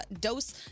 Dose